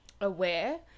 aware